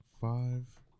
Five